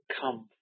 come